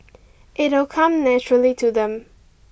it'll come naturally to them